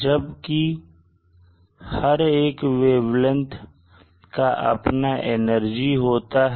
जबकि हर एक वेवलेंथ का अपना एनर्जी होती है